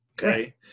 Okay